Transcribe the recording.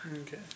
Okay